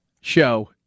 show